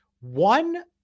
One